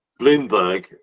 Bloomberg